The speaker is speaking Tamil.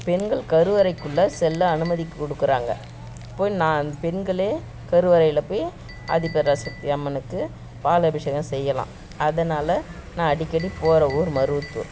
பெண்கள் கருவறைக்குள்ளே செல்ல அனுமதிக் கொடுக்கறாங்க இப்போது நான் பெண்களே கருவறையில் போய் ஆதிபராசக்தி அம்மனுக்கு பால் அபிஷேகம் செய்யலாம் அதனால் நான் அடிக்கடி போகிற ஊர் மருவத்தூர்